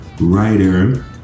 writer